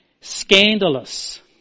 scandalous